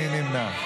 מי נמנע?